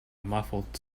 muffled